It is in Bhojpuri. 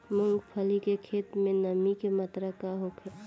मूँगफली के खेत में नमी के मात्रा का होखे?